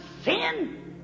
sin